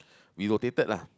we rotated lah